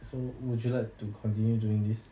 so would you like to continue doing this